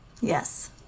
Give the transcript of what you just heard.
yes